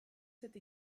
cette